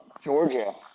Georgia